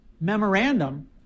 memorandum